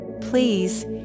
Please